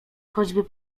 choćby